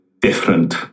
different